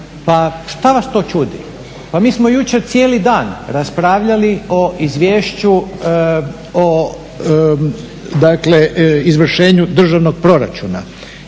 šta vas to čudi? Pa mi smo jučer cijeli dan raspravljali o izvješću o izvršenju državnog proračuna